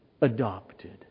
Adopted